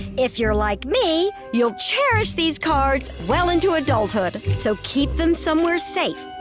if you're like me, you'll cherish these cards well into adulthood, so keep them somewhere safe.